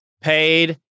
paid